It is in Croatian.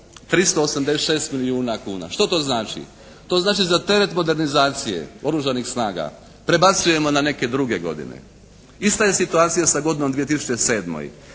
386 milijuna kuna. Što to znači? To znači da teret modernizacije Oružanih snaga prebacujemo na neke druge godine. Ista je situacija i sa godinom 2007.